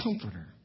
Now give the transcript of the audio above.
comforter